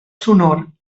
sonor